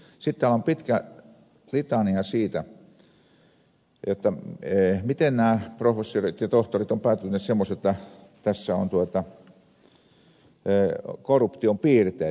sitten täällä on pitkä litania siitä miten nämä professorit ja tohtorit ovat päätyneet semmoiseen jotta tässä on korruption piirteet